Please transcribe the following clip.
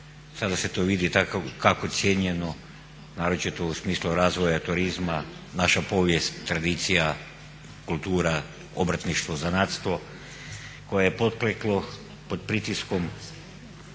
sada se to vidi … cijenjeno naročito u smislu razvoja turizma, naša povijest, tradicija, kultura, obrtništvo, zanatstvo koje je pokleklo pod pritiskom